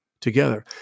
together